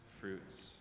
fruits